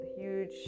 huge